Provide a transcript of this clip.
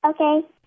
okay